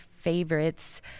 Favorites